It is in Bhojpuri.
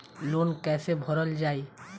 लोन कैसे भरल जाइ?